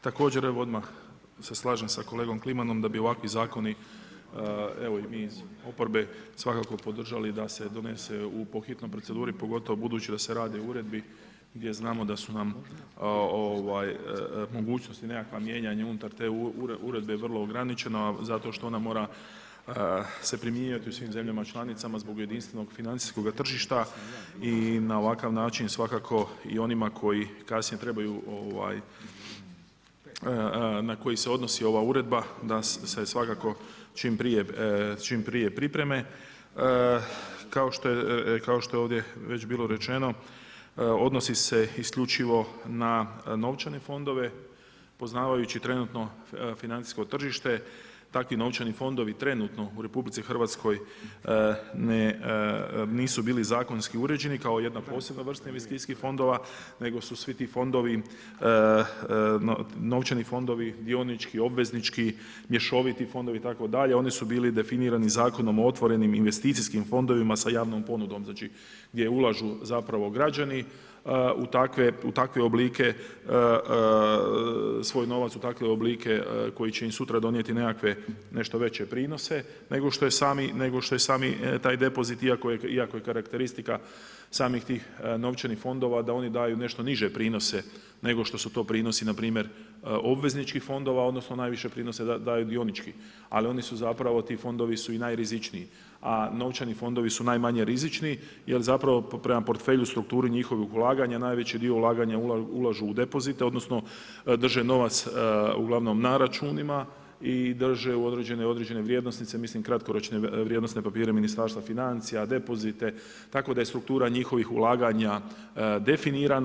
Također evo odmah se slažem sa kolegom Klimanom da bi ovakvi zakoni evo iz oporbe svakako podržali da se donese po hitnoj proceduri, pogotovo budući da se radi o uredbi gdje znamo da su nam mogućnosti nekakvo mijenjanje unutar te uredbe vrlo ograničeno, zato što ona mora se primjenjivati u svim zemljama članicama zbog jedinstvenog financijskoga tržišta i na ovakav način svakako i onima koji kasnije trebaju, na koji se odnosi ova uredba da se svakako čim prije pripreme, kao što je ovdje već bilo rečeno odnosi se isključivo na novčane fondove, poznajući trenutno financijsko tržište takvi novčani fondovi trenutno u RH nisu bili zakonski uređeni kao jedna posebna vrsta investicijskih fondova, nego su svi ti fondovi, novčani fondovi, dionički, obveznički, mješoviti fondovi itd. oni su bili definirani zakonom o otvorenim investicijskim fondovima sa javnom ponudom gdje ulažu zapravo građani u takve oblike, svoj novac u takve oblike koji će im sutra donijeti nešto veće prinose nego što je sami taj depozit, iako je karakteristika samih tih novčanih fondova da oni daju nešto niže prinose nego što su to prinosi obvezničkih fondova, odnosno najviše prinose daju dionički, ali oni su zapravo ti fondovi su i najrizičniji, a novčani fondovi su najmanje rizični jer prema portfelju, strukturi njihovog ulaganja najveći dio ulaganja ulažu u depozite, odnosno drže novac uglavnom na računima i drže određene vrijednosnice, mislim kratkoročne vrijednosne papire ministarstva financija, depozite, tako da je struktura njihovih ulaganja definirana.